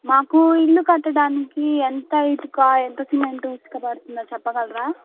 మాకు ఇల్లు కట్టడానికి ఎంత ఇటుక ఎంత సిమెంటు ఇసుక పడుతుందో చెప్పగలరా